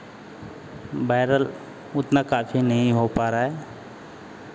viral उतना काफ़ी नहीं हो पा रहा है